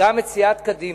גם את סיעת קדימה,